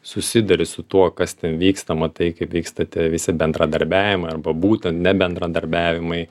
susiduri su tuo kas ten vyksta matai kaip vyksta tie visi bendradarbiavimai arba būtent nebendradarbiavimai